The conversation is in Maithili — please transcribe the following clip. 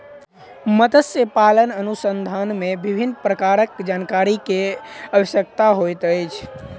मत्स्य पालन अनुसंधान मे विभिन्न प्रकारक जानकारी के आवश्यकता होइत अछि